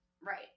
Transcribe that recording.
Right